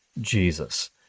Jesus